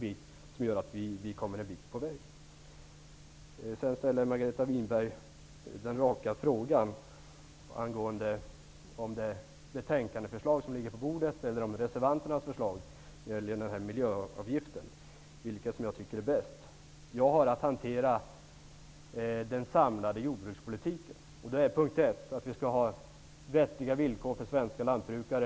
Detta gör att vi kommer en liten bit på väg. Sedan ställer Margareta Winberg den raka frågan om det är det betänkandeförslag som ligger på bordet eller reservanternas förslag som jag tycker är bäst, när det gäller den här miljöavgiften. Jag har att hantera den samlade jordbrukspolitiken. Då är den första punkten att vi skall ha vettiga villkor för svenska lantbrukare.